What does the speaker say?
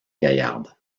gaillarde